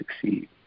succeed